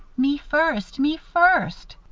me first! me first!